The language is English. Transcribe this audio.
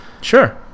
Sure